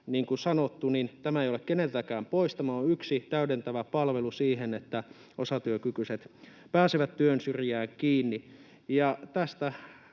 niin kuin sanottu, tämä ei ole keneltäkään pois. Tämä on yksi täydentävä palvelu siihen, että osatyökykyiset pääsevät työnsyrjään kiinni. Ja tästä